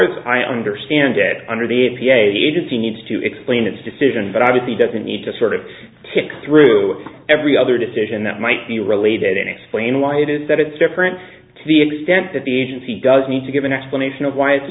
as i understand it under the a p a the agency needs to explain its decision but obviously doesn't need to sort of tick through every other decision that might be related and explain why it is that it's different to the extent that the agency does need to give an explanation of why it's